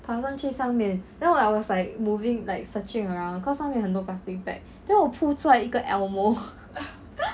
爬上去上面 then I was like moving like searching around cause 上面很多 plastic bag then 我 pull 出来一个 elmo